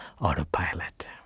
autopilot